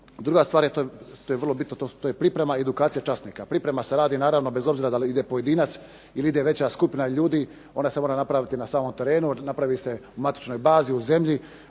Druga stvar, to je vrlo bitno, to je priprema i edukacija časnika. Priprema se radi bez obzira da li ide pojedinac ili veća skupina ljudi, ona se mora napraviti na samom terenu, napravi se u matičnoj zemlji